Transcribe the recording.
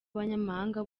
abanyamahanga